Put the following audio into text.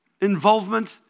involvement